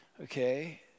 Okay